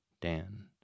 Dan